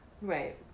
Right